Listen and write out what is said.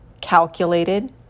calculated